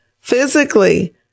physically